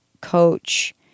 coach